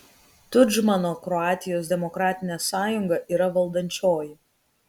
tudžmano kroatijos demokratinė sąjunga yra valdančioji